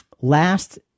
Last